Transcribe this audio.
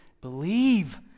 believe